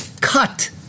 cut